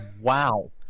Wow